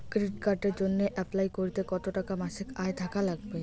Credit কার্ডের জইন্যে apply করিতে কতো টাকা মাসিক আয় থাকা নাগবে?